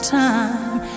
time